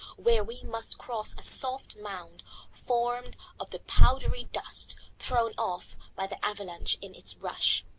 where we must cross a soft mound formed of the powdery dust thrown off by the avalanche in its rush.